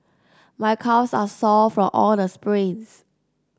my calves are sore from all the sprints